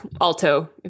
alto